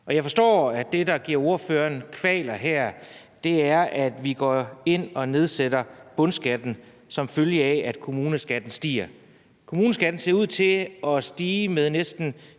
Jeg forstår, at det, der giver ordføreren kvaler her, er, at vi går ind og nedsætter bundskatten, som følge af at kommuneskatten stiger. Kommuneskatten ser ud til at stige med næsten